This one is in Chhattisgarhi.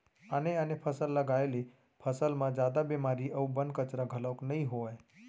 आने आने फसल लगाए ले फसल म जादा बेमारी अउ बन, कचरा घलोक नइ होवय